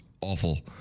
awful